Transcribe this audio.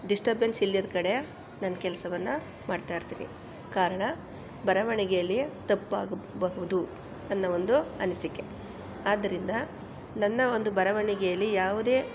disturbance ಇಲ್ದಿದ್ದ ಕಡೆ ನನ್ನ ಕೆಲ್ಸವನ್ನು ಮಾಡ್ತಾಯಿರ್ತೀನಿ ಕಾರಣ ಬರವಣಿಗೆಯಲ್ಲಿ ತಪ್ಪಾಗಬಹುದು ಅನ್ನೋ ಒಂದು ಅನಿಸಿಕೆ ಆದ್ದರಿಂದ ನನ್ನ ಒಂದು ಬರವಣಿಗೆಯಲ್ಲಿ ಯಾವುದೇ